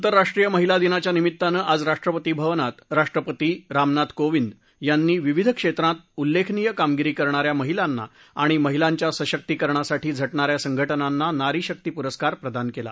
आंतरराष्ट्रीय महिला दिनाच्या निमित्तानं आज राष्ट्रपती भवनात राष्ट्रपती रामनाथ कोविंद यांनी विविध क्षेत्रात उल्लेखनीय कामगिरी करणाऱ्या महिलांना आणि माहलांच्या सशक्तीकरणासाठी झटणाऱ्या संघटनांना नारी शक्ती पुरस्कार प्रदान केला